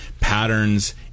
patterns